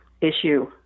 issue